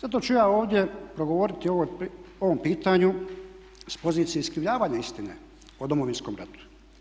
Zato ću ja ovdje progovoriti o ovom pitanju iz pozicije iskrivljavanja istine o Domovinskom ratu.